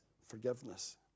forgiveness